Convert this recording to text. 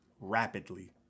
rapidly